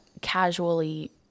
casually